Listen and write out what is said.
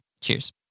Cheers